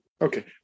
Okay